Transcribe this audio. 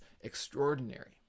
extraordinary